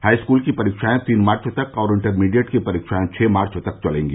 high school की परीक्षाए तीन मार्च तक और इंटरमीडिएट की परीक्षाएं छह मार्च तक चलेंगी